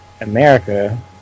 America